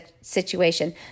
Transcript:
situation